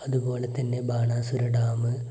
അതുപോലെതന്നെ ബാണാസുര ഡാം